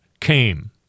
came